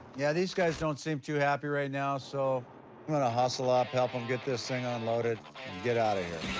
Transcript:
yeah, these guys don't seem too happy right now, so i'm gonna hustle up, help them get this thing ah unloaded, and get out of here.